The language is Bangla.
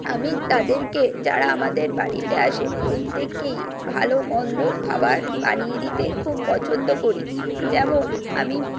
আমি তাদেরকে যারা আমাদের বাড়িতে আসে প্রত্যেককেই ভালোমন্দ খাবার বানিয়ে দিতে খুব পছন্দ করি যেমন আমি